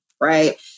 Right